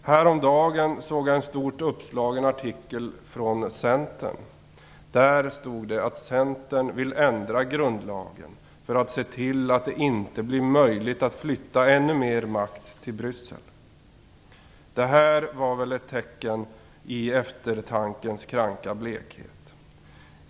Häromdagen såg jag en stort uppslagen artikel från Centern. Där stod det att Centern vill ändra grundlagen för att se till att det inte blir möjligt att flytta ännu mera makt till Bryssel. Det här var väl ett tecken på eftertankens kranka blekhet.